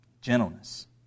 gentleness